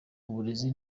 uburezi